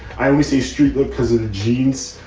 i always say street but because of the genes.